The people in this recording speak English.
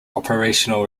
operational